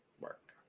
Work